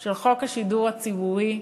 של חוק השידור הציבורי,